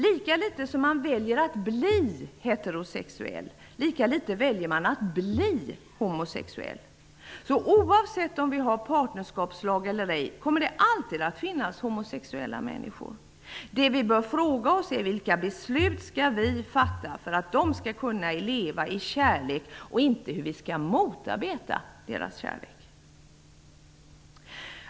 Lika lite som man väljer att bli heterosexuell, lika lite väljer man att bli homosexuell. Oavsett om vi har en partnerskapslag eller ej, kommer det alltid att finnas homosexuella människor. Det vi bör fråga oss är vilka beslut vi skall fatta för att de skall kunna leva i kärlek, inte hur vi skall kunna motarbeta deras kärlek.